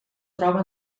troba